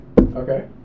Okay